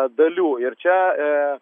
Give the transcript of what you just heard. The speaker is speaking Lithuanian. dalių ir čia